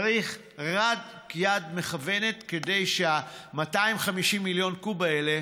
צריך רק יד מכוונת כדי שה-250 מיליון קוב האלה,